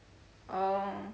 orh